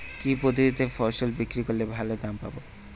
কি পদ্ধতিতে ফসল বিক্রি করলে ভালো দাম পাব?